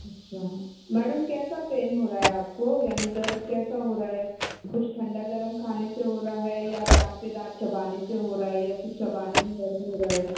اچھا میڈم کیسا پین ہو رہا ہے آپ کو یعنی درد کیسا ہو رہا ہے کچھ ٹھنڈا گرم کھانے سے ہو رہا ہے یا دانت پہ دانت چبانے سے ہو رہا ہے یا کچھ چبانے میں درد ہو رہا ہے